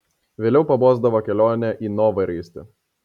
vėliau pabosdavo kelionė į novaraistį